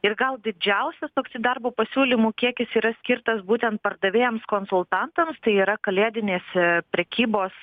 ir gal didžiausias toksai darbo pasiūlymų kiekis yra skirtas būtent pardavėjams konsultantams tai yra kalėdinėse prekybos